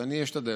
אז אני אשתדל.